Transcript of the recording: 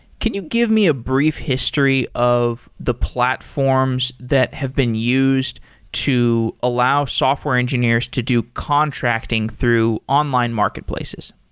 can you give me a brief history of the platforms that have been used to allow software engineers to do contracting through online marketplaces?